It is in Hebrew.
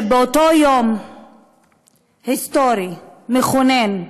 באותו יום היסטורי, מכונן,